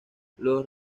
los